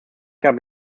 gab